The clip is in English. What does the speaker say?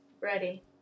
Ready